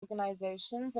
organisations